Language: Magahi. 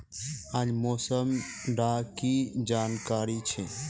आज मौसम डा की जानकारी छै?